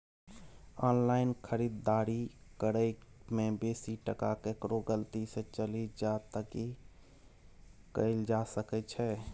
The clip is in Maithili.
ऑनलाइन खरीददारी करै में बेसी टका केकरो गलती से चलि जा त की कैल जा सकै छै?